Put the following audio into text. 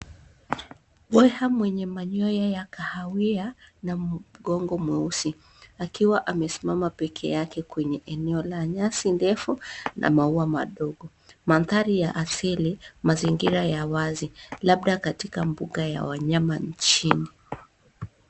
Mbweha mwenye manyoya ya kahawia na mgongo mweusi, akiwa amesimama peke yake kwenye eneo la nyasi ndefu na maua madogo. Mandhari ya asili, mazingira ya wazi, labda katika mbuga ya wanyama nchini.